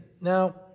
now